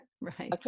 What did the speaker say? Right